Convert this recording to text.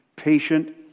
patient